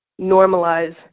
normalize